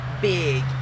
big